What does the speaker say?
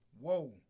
whoa